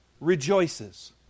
rejoices